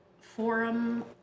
forum